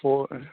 four